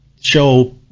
show